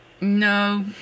No